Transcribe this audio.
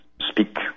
speak